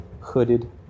hooded